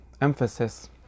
emphasis